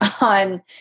on